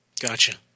Gotcha